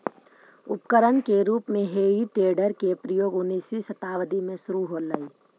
उपकरण के रूप में हेइ टेडर के प्रयोग उन्नीसवीं शताब्दी में शुरू होलइ